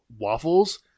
waffles